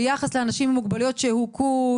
ביחס לאנשים עם מוגבלויות שהוכו,